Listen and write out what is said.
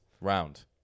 Round